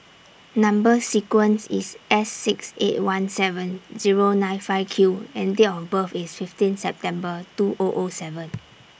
Number sequence IS S six eight one seven Zero nine five Q and Date of birth IS fifteenth September two O O seven